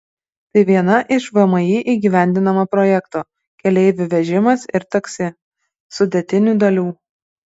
tai viena iš vmi įgyvendinamo projekto keleivių vežimas ir taksi sudėtinių dalių